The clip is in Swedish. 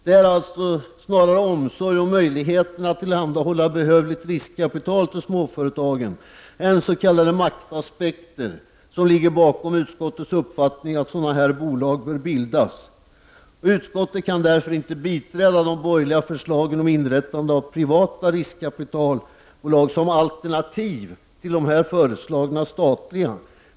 Det är alltså snarare omsorg om möjligheterna att tillhandahålla behövligt riskkapital till småföretagen än s.k. maktaspekter som ligger bakom utskottets uppfattning att sådana här bolag bör bildas. Utskottet kan därför inte biträda de borgerliga förslagen om inrättande av privata riskkapitalbolag som alternativ till de här föreslagna statliga.